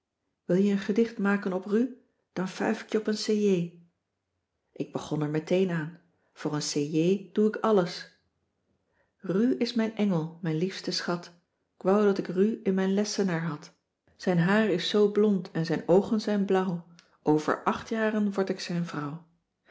wil je een gedicht maken op ru dan fuif ik je op een c j ik begon er meteen aan voor een c j doe ik alles ru is mijn engel mijn liefste schat k wou dat ik ru in mijn lessenaar had zijn haar is zoo blond en zijn oogen zijn blauw over acht jaren word ik zijn vrouw